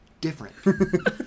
different